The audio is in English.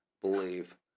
believe